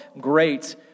great